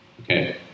Okay